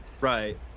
Right